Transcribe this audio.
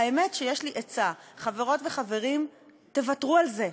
האמת היא שיש לי עצה: חברות וחברים, תוותרו על זה.